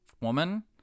woman